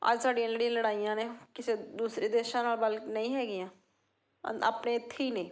ਅੱਜ ਸਾਡੀਆਂ ਜਿਹੜੀਆਂ ਲੜਾਈਆਂ ਨੇ ਕਿਸੇ ਦੂਸਰੇ ਦੇਸ਼ਾਂ ਨਾਲ ਬਲ ਨਹੀ ਹੈਗੀਆਂ ਅਨ ਆਪਣੇ ਇੱਥੇ ਹੀ ਨੇ